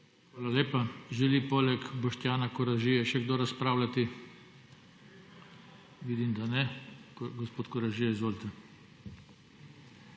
Hvala lepa. Želi poleg Boštjana Koražije še kdo razpravljati? (Ne.) Vidim, da ne. Gospod Koražija, izvolite.